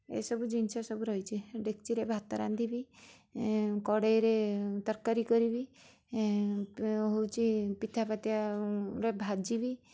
ଏ ସବୁ ଜିନିଷ ସବୁ ରହିଛି ଡେକଚିରେ ଭାତ ରାନ୍ଧିବି ଏଁ କଡ଼େଇରେ ତରକାରୀ କରିବି ଏଁ ହଉଛି ପିଠାପାତିଆରେ ଭାଜିବି